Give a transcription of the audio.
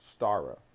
Stara